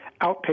outpatient